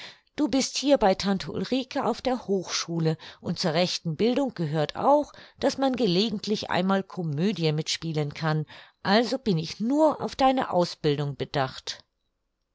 du bist hier bei tante ulrike auf der hochschule und zur rechten bildung gehört auch daß man gelegentlich einmal komödie mitspielen kann also bin ich nur auf deine ausbildung bedacht